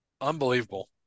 unbelievable